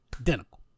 Identical